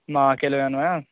मां अकेले वेंदो आहियां